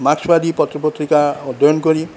মার্ক্সবাদীপত্র পত্রিকা অধ্যয়ন করি